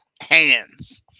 Hands